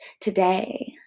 today